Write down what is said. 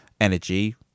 energy